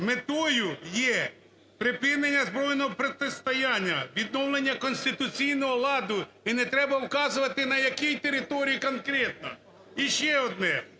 метою є припинення збройного протистояння, відновлення конституційного ладу і не треба вказувати на якій території конкретно. І ще одне.